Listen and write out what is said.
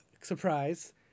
Surprise